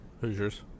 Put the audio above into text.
Hoosiers